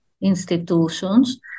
institutions